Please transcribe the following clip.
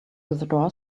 withdraw